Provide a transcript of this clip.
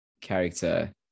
character